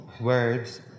words